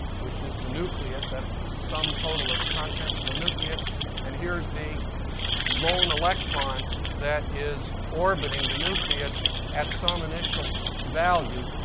which is the nucleus that's the sum total of the contents of the nucleus and here's the lone electron that is orbiting the nucleus at some initial value.